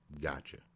Gotcha